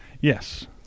Yes